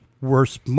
worse